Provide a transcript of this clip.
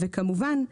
וכמובן,